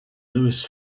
lewis